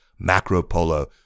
Macropolo